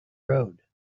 road